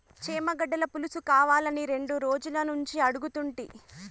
చేమగడ్డల పులుసుకావాలని రెండు రోజులనుంచి అడుగుతుంటి